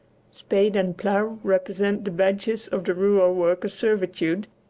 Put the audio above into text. spade and plough represent the badges of the rural workers' servitude,